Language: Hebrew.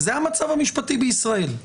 זה המצב המשפטי בישראל,